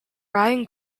brian